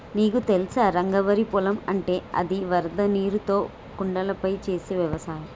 నీకు తెలుసా రంగ వరి పొలం అంటే అది వరద నీరుతో కొండలపై చేసే వ్యవసాయం